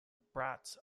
bracts